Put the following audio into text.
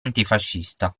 antifascista